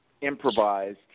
improvised